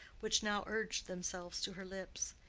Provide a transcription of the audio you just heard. which now urged themselves to her lips.